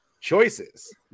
Choices